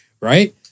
Right